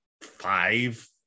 five